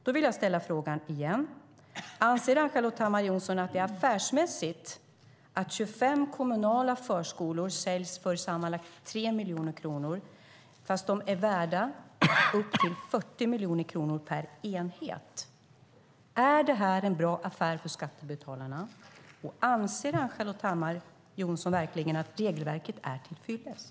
Då vill jag ställa frågan igen: Anser Ann-Charlotte Hammar Johnsson att det är affärsmässigt att 25 kommunala förskolor säljs för sammanlagt 3 miljoner kronor, fast de är värda upp till 40 miljoner kronor per enhet? Är det här en bra affär för skattebetalarna? Och anser Ann-Charlotte Hammar Johnsson verkligen att regelverket är till fyllest?